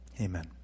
Amen